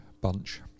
bunch